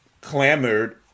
clamored